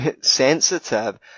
sensitive